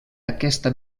aquesta